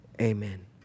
Amen